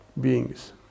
beings